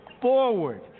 forward